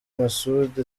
masud